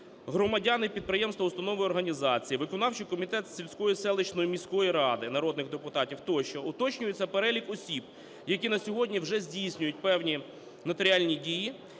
громадяни і підприємства, установи, організації, виконавчий комітет сільської, селищної, міської ради народних депутатів тощо. Уточнюється перелік осіб, які на сьогодні вже здійснюють певні нотаріальні дії.